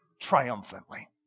triumphantly